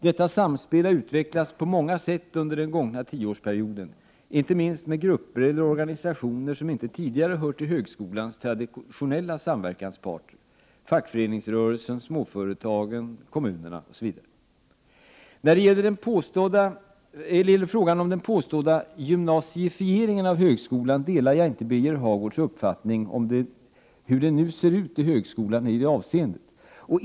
Detta samspel har utvecklats på många sätt under den gångna tioårsperioden, inte minst med grupper eller organisationer som inte tidigare hört till högskolans traditionella samverkanspartner: fackföreningsrörelsen, småföretag, kommuner osv. När det gäller frågan om den påstådda ”gymnasifieringen” av högskolan delar jag inte Birger Hagårds uppfattning om hur det nu ser ut i högskolan i detta avseende.